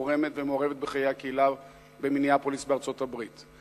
תורמת ומעורבת בחיי הקהילה במיניאפוליס בארצות-הברית.